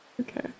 Okay